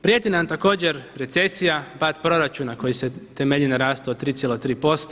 Prijeti nam također recesija, pad proračuna koji se temelji na rastu od 3,3%